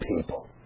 people